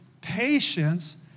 patience